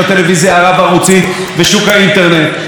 ואני חייב להגיד לכם,